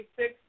six